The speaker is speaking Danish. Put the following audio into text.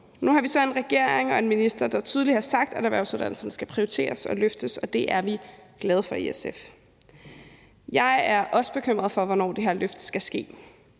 Nu har vi så en regering og en minister, der tydeligt har sagt, at erhvervsuddannelserne skal prioriteres og løftes, og det er vi i SF glade for. Jeg er bekymret for, hvornår det her løft skal ske.